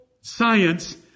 science